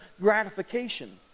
gratification